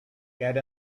quer